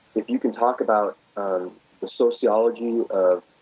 if you can talk about the sociology of